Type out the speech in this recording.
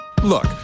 Look